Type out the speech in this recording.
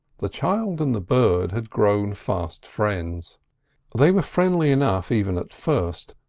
the child and the bird had grown fast friends they were friendly enough even at first,